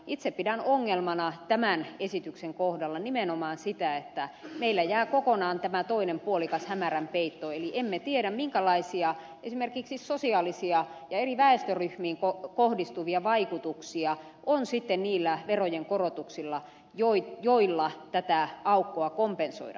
itse pidän ongelmana tämän esityksen kohdalla nimenomaan sitä että meillä jää kokonaan tämä toinen puolikas hämärän peittoon eli emme tiedä minkälaisia esimerkiksi sosiaalisia ja eri väestöryhmiin kohdistuvia vaikutuksia on sitten niillä verojen korotuksilla joilla tätä aukkoa kompensoidaan